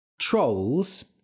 Trolls